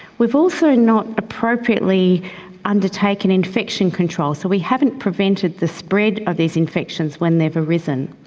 we've also not appropriately undertaken infection control, so we haven't prevented the spread of these infections when they have arisen.